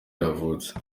yavutse